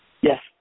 yes